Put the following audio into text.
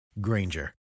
Granger